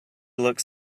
looked